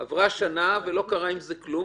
עברה שנה ולא קרה עם זה כלום,